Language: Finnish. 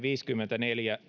viisikymmentäneljä